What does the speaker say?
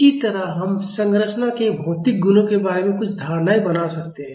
इसी तरह हम संरचना के भौतिक गुणों के बारे में कुछ धारणाएँ बना सकते हैं